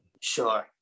Sure